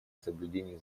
соблюдении